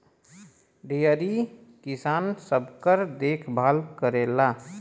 dairy किसान सबकर देखभाल करेला